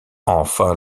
enfin